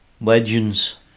legends